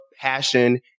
passion